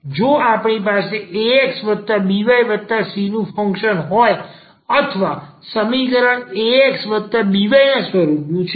જો આપણી પાસે ax વત્તા by વત્તા c નું ફંક્શન હોય અથવા સમીકરણ ax વત્તા by ના સ્વરૂપનું છે